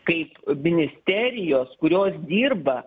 kaip ministerijos kurios dirba